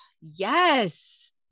yes